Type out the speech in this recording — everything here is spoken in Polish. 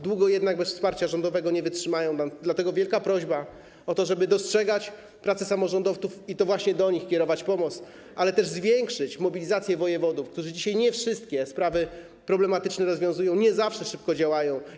Długo jednak bez wsparcia rządowego nie wytrzymają, dlatego wielka prośba o to, żeby dostrzegać pracę samorządowców i właśnie do nich kierować pomoc, ale też zwiększyć mobilizację wojewodów, którzy dzisiaj nie wszystkie problematyczne sprawy rozwiązują, nie zawsze szybko działają.